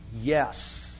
Yes